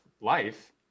life